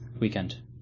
weekend